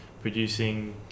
producing